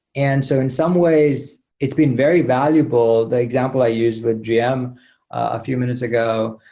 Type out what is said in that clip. and so in some ways, it's been very valuable. the example i use with gm a few minutes ago,